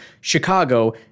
Chicago